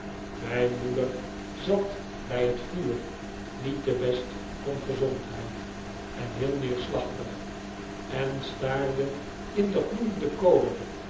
mijn moeder zat bij het vuur niet te best van gezondheid en heel neerslachtig en staarde in de gloeiende kolen